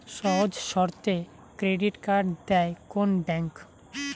সহজ শর্তে credit card দেয় কোন ব্যাংক?